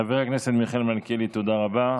חבר הכנסת מיכאל מלכיאלי, תודה רבה.